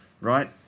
right